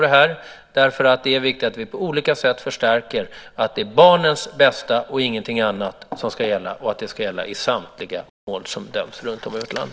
Det är viktigt att vi på olika sätt förstärker att det är barnets bästa och ingenting annat som ska gälla, och att det ska gälla i samtliga mål som döms runtom i vårt land.